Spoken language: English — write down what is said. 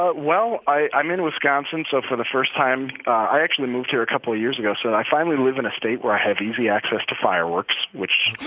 ah well, i'm in wisconsin. so for the first time i actually moved here a couple of years ago. so and i finally live in a state where i have easy access to fireworks, which.